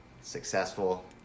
successful